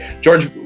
George